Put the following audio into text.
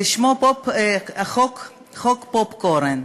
שמו חוק הפופקורן.